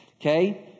Okay